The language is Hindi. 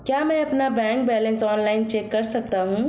क्या मैं अपना बैंक बैलेंस ऑनलाइन चेक कर सकता हूँ?